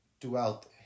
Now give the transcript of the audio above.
throughout